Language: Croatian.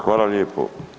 Hvala lijepo.